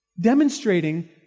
Demonstrating